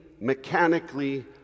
mechanically